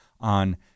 on